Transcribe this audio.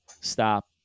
stop